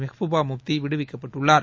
Mehbooba Mufti விடுவிக்கப்பட்டுள்ளார்